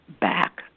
back